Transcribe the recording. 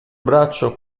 braccio